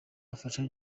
afasha